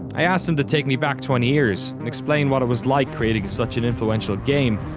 i asked him to take me back twenty years and explain what it was like creating such an influential game,